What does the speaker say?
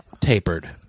tapered